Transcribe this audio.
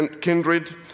kindred